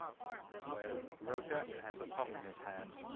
where rocca has a putter in is hand